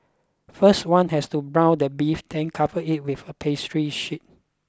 first one has to brown the beef then cover it with a pastry sheet